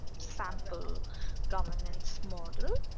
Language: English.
sample governance model.